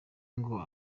ngo